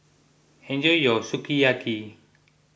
enjoy your Sukiyaki